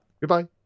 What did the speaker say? Goodbye